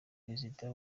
perezida